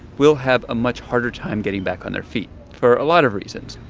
will have a much harder time getting back on their feet for a lot of reasons.